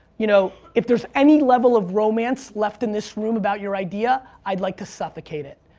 you know, if there's any level of romance left in this room about your idea, i'd like to suffocate it.